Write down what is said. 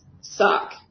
suck